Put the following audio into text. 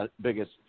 biggest